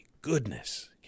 goodness